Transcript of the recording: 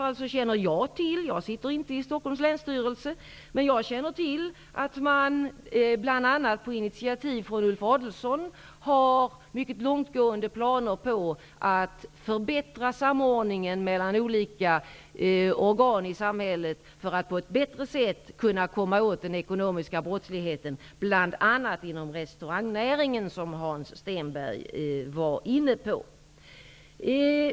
Jag sitter däremot inte i Länsstyrelsen i Stockholms län, men jag känner ändå till att man, bl.a. på initiativ från Ulf Adelsohn, har mycket långtgående planer på att förbättra samordningen mellan olika organ i samhället för att på ett bättre sätt kunna komma åt den ekonomiska brottsligheten, bl.a. inom restaurangnäringen, som Hans Stenberg tog upp.